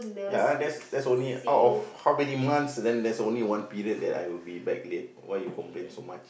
ya ah that's that's only out of how many months then that's only one period that I will be back late why you complain so much